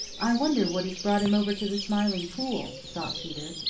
i wonder what has brought him over to the smiling pool, thought peter.